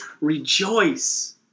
rejoice